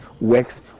works